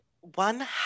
one